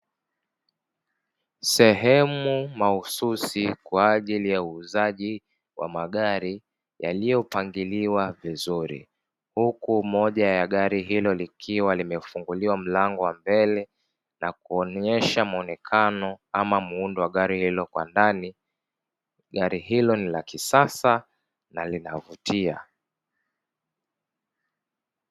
Sehemu mahususi kwa ajili ya uuzaji wa magari yaliyopangiliwa vizuri. Huku moja ya gari hilo likiwa limefunguliwa mlango wa mbele na kuonyesha mwonekano ama muundo wa ndani wa gari hilo kwa ndani, gari hilo ni la kisasa na linavutia.